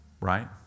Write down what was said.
Right